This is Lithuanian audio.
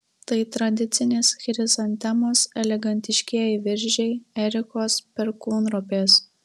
tai tradicinės chrizantemos elegantiškieji viržiai erikos perkūnropės